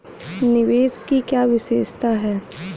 निवेश की क्या विशेषता है?